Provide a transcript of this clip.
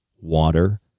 water